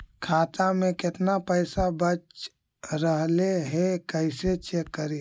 खाता में केतना पैसा बच रहले हे कैसे चेक करी?